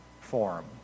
Forum